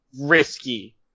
risky